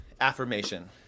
affirmation